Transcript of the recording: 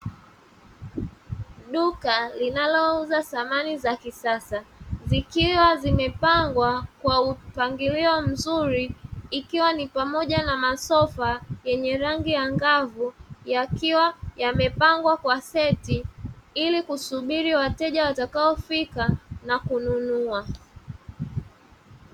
Duka linalouza samani za kisasa zikiwa zimepangwa kwa mpangilio mzuri, ikiwa ni pamoja na masofa yenye rangi angavu yakiwa yamepangwa kwa seti ili kusubiri wateja watakaofika na kununua.